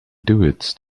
duets